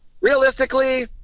realistically